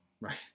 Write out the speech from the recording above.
Right